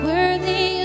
Worthy